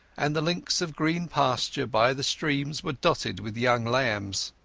and the links of green pasture by the streams were dotted with young lambs.